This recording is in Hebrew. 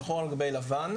שחור על גבי לבן,